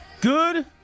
Good